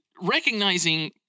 recognizing